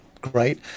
great